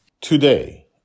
today